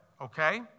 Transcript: okay